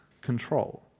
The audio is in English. control